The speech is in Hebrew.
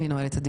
הישיבה נעולה.